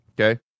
Okay